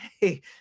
hey